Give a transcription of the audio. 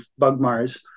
Bugmars